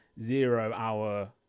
zero-hour